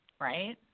right